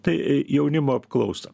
tai jaunimo apklausa